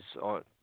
on